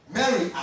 Mary